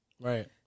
Right